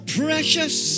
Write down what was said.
precious